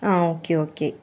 ആ okay okay